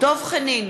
דב חנין,